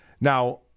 Now